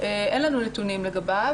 אין לנו נתונים לגביו.